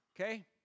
Okay